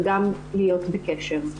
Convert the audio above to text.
וגם להיות בקשר.